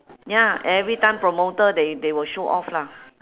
ya every time promoter they they will show off lah